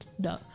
duh